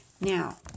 Now